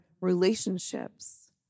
relationships